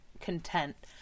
content